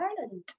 Ireland